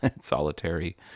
solitary